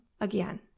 again